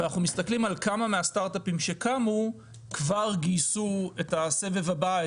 ואנחנו מסתכלים כמה מהסטארטאפים שקמו כבר גייסו את הסבב הבא,